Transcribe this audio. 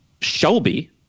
Shelby